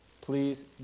Please